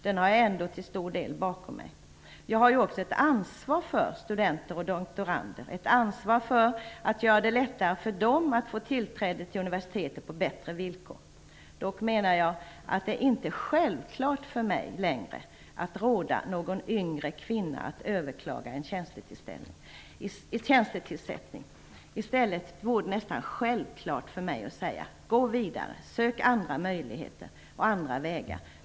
Den har jag ändå till stor del bakom mig. Jag har ju också ett ansvar för studenter och doktorander, ett ansvar för att göra det lättare för dem att få tillträde till universiteten på bättre villkor. Dock menar jag att det inte är självklart för mig längre att råda en yngre kvinna att överklaga en tjänstetillsättning. I stället vore det nästan självklart för mig att säga: Gå vidare. Sök andra möjligheter och andra vägar.